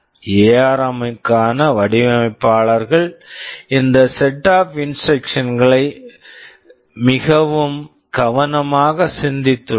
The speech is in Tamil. எஆர்எம் ARM க்கான வடிவமைப்பாளர்கள் இந்த set of instructions set of instructions களை மிகவும் கவனமாக சிந்தித்துள்ளனர்